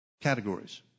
categories